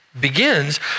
begins